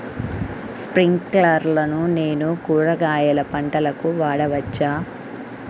స్ప్రింక్లర్లను నేను కూరగాయల పంటలకు వాడవచ్చా?